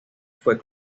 fue